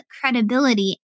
credibility